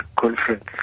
conference